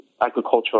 agricultural